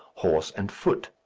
horse and foot.